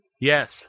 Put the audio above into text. Yes